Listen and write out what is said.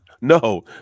No